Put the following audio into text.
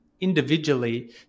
individually